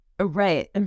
Right